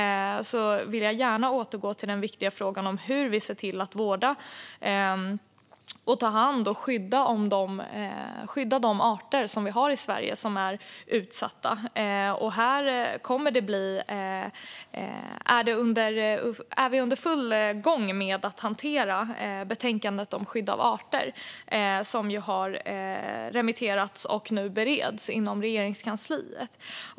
Jag vill gärna återgå till den viktiga frågan om hur vi ser till att vårda, ta hand om och skydda de arter som vi har i Sverige och som är utsatta. Vi är för fullt igång med att hantera betänkandet om skydd av arter som har remitterats och nu bereds inom Regeringskansliet.